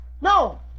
No